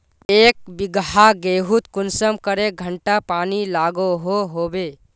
एक बिगहा गेँहूत कुंसम करे घंटा पानी लागोहो होबे?